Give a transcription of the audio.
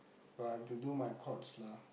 but I have to do my courts lah